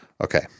Okay